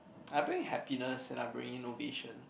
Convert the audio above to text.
I bring happiness and I bring innovation